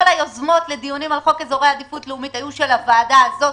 כל היוזמות לדיונים על חוק אזורי עדיפות לאומית היו של הוועדה הזאת,